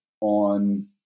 on